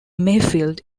mayfield